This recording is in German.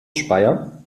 speyer